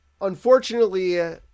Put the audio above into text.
unfortunately